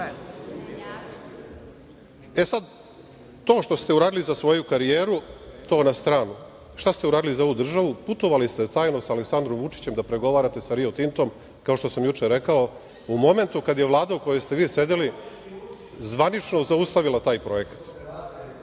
sad, to što ste uradili za svoju karijeru, to na stranu, šta ste uradili za ovu državu? Putovali ste tajno sa Aleksandrom Vučićem da pregovarate sa Rio Tintom, kao što sam juče rekao, u momentu kad je Vlada u kojoj ste vi sedeli zvanično zaustavila taj